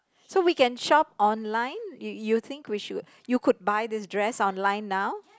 so we can shop online you you think we should you could buy this dress online now